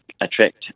attract